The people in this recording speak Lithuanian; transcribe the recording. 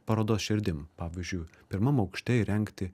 parodos šerdim pavyzdžiui pirmam aukšte įrengti